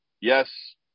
yes